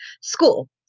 school